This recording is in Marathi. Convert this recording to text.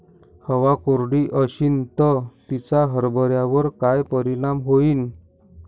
हवा कोरडी अशीन त तिचा हरभऱ्यावर काय परिणाम होईन?